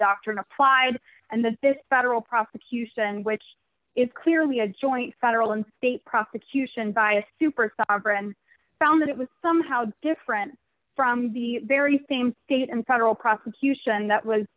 doctrine applied and that this federal prosecution which is clearly a joint federal and state prosecution by a superstar and found that it was somehow different from the very same state and federal prosecution that was